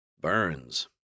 Burns